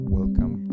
welcome